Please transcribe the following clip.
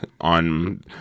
on